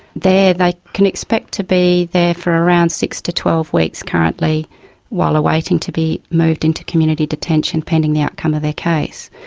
there, they can expect to be there for around six to twelve weeks currently while waiting to be moved into community detention pending the outcome of their case.